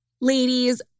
ladies